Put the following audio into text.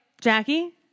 Jackie